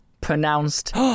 pronounced